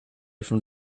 from